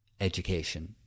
education